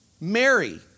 Mary